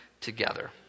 together